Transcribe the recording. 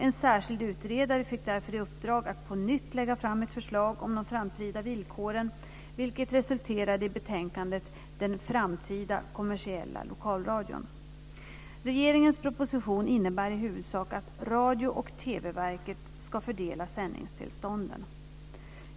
En särskild utredare fick därför i uppdrag att på nytt lägga fram ett förslag om de framtida villkoren, vilket resulterade i betänkandet Den framtida kommersiella lokalradion . Radio och TV-verket ska fördela sändningstillstånden.